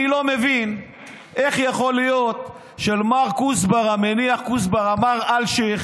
אני לא מבין איך יכול להיות שמר כוסברה, מר אלשיך,